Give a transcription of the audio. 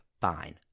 fine